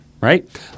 Right